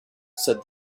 said